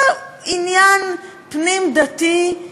זה עניין פנים-דתי,